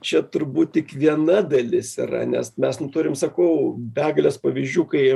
čia turbūt tik viena dalis yra nes mes turim sakau begales pavyzdžių kai